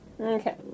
Okay